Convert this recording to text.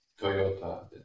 Toyota